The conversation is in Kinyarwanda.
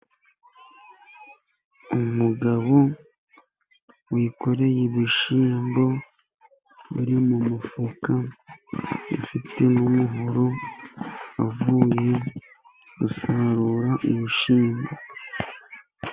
Umugabo wikoreye ibishyimbo biri mu mufuka, ufite n'umuhoro avuye gusarura ibishyimbo.